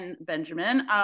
Benjamin